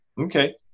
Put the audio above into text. Okay